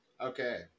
Okay